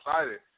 excited